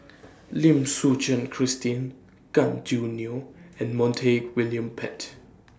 Lim Suchen Christine Gan Choo Neo and Montague William Pett